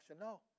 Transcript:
No